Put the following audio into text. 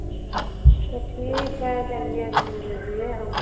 तो ठीक है चलिए घूम लीजिए हम